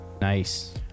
Nice